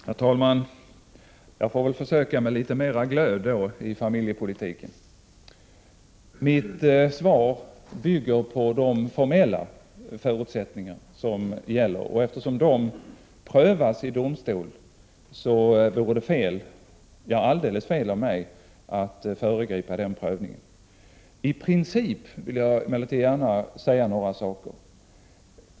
Herr talman! Jag får väl försöka visa litet mer glöd när det gäller familjepolitiken. Mitt svar bygger på de formella förutsättningar som gäller, och eftersom de prövas i domstol vore det helt fel av mig att föregripa denna prövning. Jag vill emellertid framföra några principiella saker.